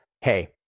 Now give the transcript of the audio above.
hey